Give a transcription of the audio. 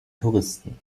touristen